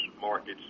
markets